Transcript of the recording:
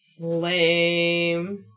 lame